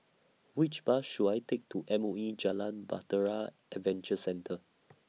Which Bus should I Take to M O E Jalan Bahtera Adventure Centre